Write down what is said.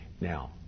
Now